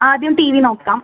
ആദ്യം T V നോക്കാം